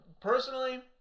personally